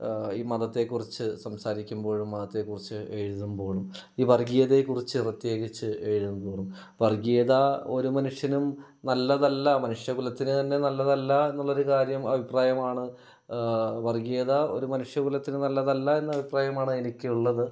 ഈ മതത്തെക്കുറിച്ച് സംസാരിക്കുമ്പോഴും മതത്തെക്കുറിച്ച് എഴുതുമ്പോഴും ഈ വർഗ്ഗീയതെക്കുറിച്ച് പ്രത്യേകിച്ച് എഴുതുന്തോറും വർഗ്ഗീയത ഒരു മനുഷ്യനും നല്ലതല്ല മനുഷ്യ കുലത്തിന് തന്നെ നല്ലതല്ല എന്നുള്ളൊരു കാര്യം അഭിപ്രായമാണ് വർഗ്ഗീയത ഒരു മനുഷ്യ കുലത്തിന് നല്ലതല്ല എന്നഭിപ്രായമാണ് എനിക്കുള്ളത്